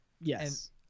Yes